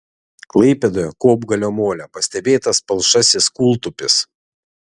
klaipėdoje kopgalio mole pastebėtas palšasis kūltupis